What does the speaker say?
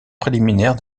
préliminaire